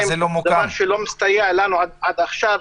דבר שלא הסתייע לנו עד עכשיו.